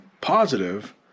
positive